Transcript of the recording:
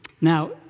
Now